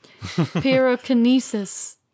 Pyrokinesis